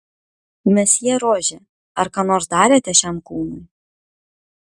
mesjė rožė ar ką nors darėte šiam kūnui